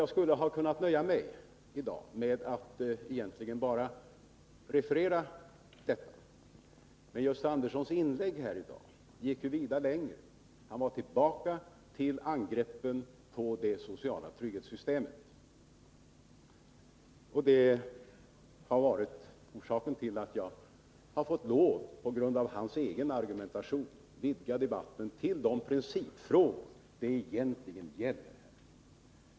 Jag skulle ha kunnat nöja mig med att referera detta, men Gösta Andersson kom tillbaka till angreppen på det sociala trygghetssystemet. På grund av hans egen argumentation har jag fått lov att vidga debatten till de principfrågor som det egentligen gäller.